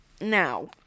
Now